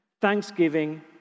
thanksgiving